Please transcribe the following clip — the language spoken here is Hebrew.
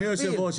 אדוני היושב ראש,